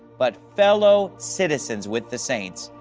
but fellowcitizens with the saints,